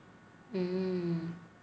mm